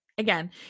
Again